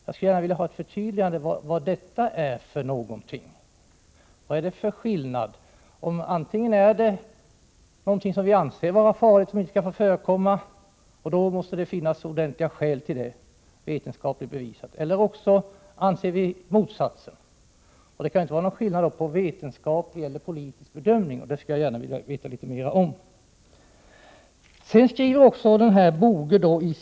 Jag skulle gärna vilja ha ett förtydligande av vilken skillnaden är. Antingen är dumpning någonting som vi anser vara farligt och som inte skall få förekomma — och då skall det vara vetenskapligt bevisat att det finns skäl för den ståndpunkten — eller också är det fråga om motsatsen. Som jag ser det kan man inte göra någon skillnad mellan vetenskaplig och politisk bedömning i det här fallet. Jag skulle som sagt gärna vilja veta litet mera om vad som avses med detta.